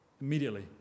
immediately